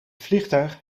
vliegtuig